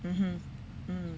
mmhmm